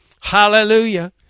Hallelujah